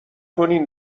کنین